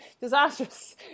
disastrous